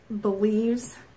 believes